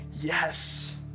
yes